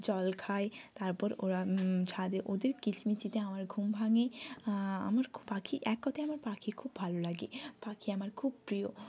জল খায় তারপর ওরা ছাদে ওদের কিচিমিচিতে আমার ঘুম ভাঙে আমার পাখি এক কথায় আমার পাখি খুব ভালো লাগে পাখি আমার খুব প্রিয়